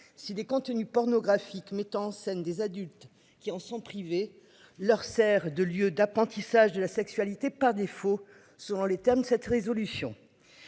si des contenus pornographiques mettant en scène des adultes. Qui en sont privés, leur sert de lieu d'apprentissage de la sexualité par défaut, selon les termes de cette résolution.